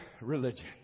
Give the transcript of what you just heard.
religion